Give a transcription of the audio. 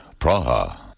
Praha